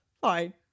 fine